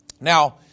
Now